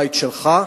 הבית שלך,